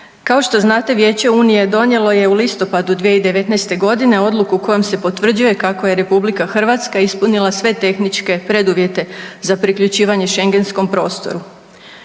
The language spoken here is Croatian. Kao što znate Vijeće unije donijelo je listopadu 2019. godine odluku kojom se potvrđuje kako je RH ispunila sve tehničke preduvjete za priključivanje Schengenskom prostoru.